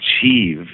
achieve